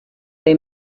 they